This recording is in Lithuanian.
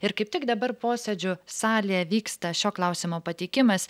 ir kaip tik dabar posėdžių salėje vyksta šio klausimo pateikimas